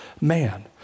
man